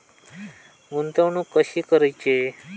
गुंतवणूक कशी करूची?